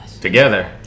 Together